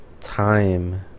time